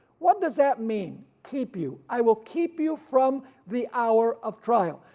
what does that mean, keep you? i will keep you from the hour of trial.